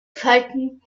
falten